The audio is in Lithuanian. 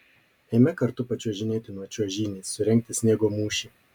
eime kartu pačiuožinėti nuo čiuožynės surengti sniego mūšį